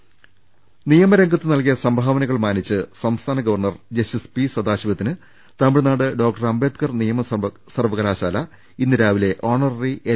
രുട്ട്ട്ട്ട്ട്ട്ട്ട നിയമരംഗത്ത് നൽകിയ സംഭാവനകൾ മാനിച്ച് സംസ്ഥാന ഗവർണർ ജസ്റ്റിസ് പി സദാശിവത്തിന് തമിഴ്നാട് ഡോക്ടർ അംബേദ്കർ നിയമ സർവ കലാശാല ഇന്ന് രാവിലെ ഓണററി എൽ